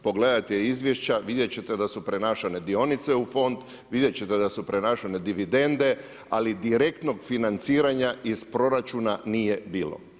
Pogledajte izvješća, vidjet ćete da su prenašane dionice u fond, vidjet ćete da su prenašane dividende ali direktnog financiranja iz proračuna nije bilo.